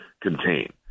contain